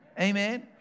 Amen